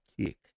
kick